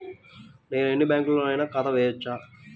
నేను ఎన్ని బ్యాంకులలోనైనా ఖాతా చేయవచ్చా?